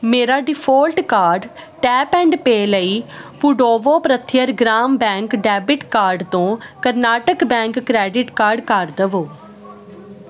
ਮੇਰਾ default card tap and pay ਲਈ ਪੁਡੋਵੋ ਪ੍ਰਥਿਅਰ ਗ੍ਰਾਮ ਬੈਂਕ ਡੈਬਿਟ ਕਾਰਡ ਤੋਂ ਕਰਨਾਟਕ ਬੈਂਕ ਕਰੈਡਿਟ ਕਾਰਡ ਕਰ ਦਵੋ